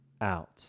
out